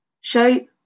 show